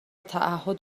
تعهد